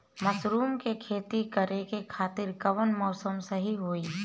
Mushroom के खेती करेके खातिर कवन मौसम सही होई?